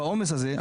בעומס הזה,